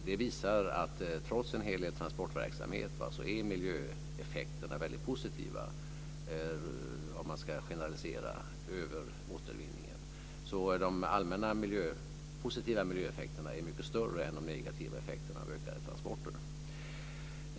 Det visar att trots en hel del transportverksamhet är miljöeffekterna väldigt positiva, om man ska generalisera över återvinningen. De allmänna positiva miljöeffekterna är mycket större än de negativa effekterna av ökade transporter.